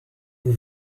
vous